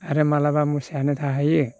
आरो माब्लाबा मोसायानो थाहैयो